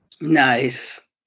Nice